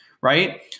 right